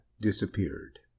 disappeared